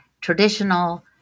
traditional